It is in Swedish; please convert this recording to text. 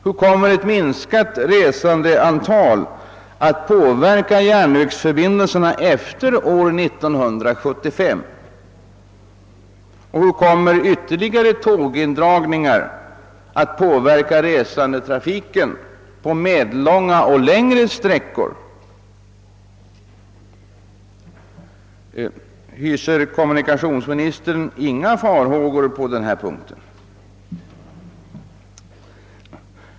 Hur kommer ett minskat resandeantal att påverka järnvägsförbindelserna efter år 1975, och hur kommer ytterligare tågindragningar att påverka resetrafiken på medellånga och längre sträckor? Hyser kommunikationsministern inga farhågor på denna punkt?